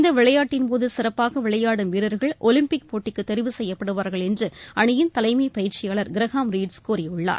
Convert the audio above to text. இந்த விளையாட்டின் போது சிறப்பாக விளையாடும் வீரர்கள் ஒலிம்பிக் போட்டிக்கு தெரிவு செய்யப்படுவார்கள் என்று அணியின் தலைமை பயிற்சியாளர் கிரஹாம் ரீட்ஸ் கூறியுள்ளார்